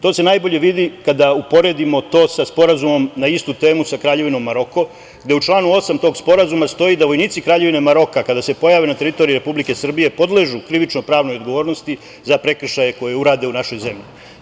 To se najbolje vidi kada uporedimo to sa sporazumom na istu temu sa Kraljevinom Maroko, gde u članu 8. tog Sporazuma stoji da vojnici Kraljevine Maroka, kada se pojave na teritoriji Republike Srbije, podležu krivično-pravnoj odgovornosti za prekršaje koje urade u našoj zemlji.